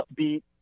upbeat